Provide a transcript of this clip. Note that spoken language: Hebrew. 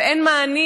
ואין מענים.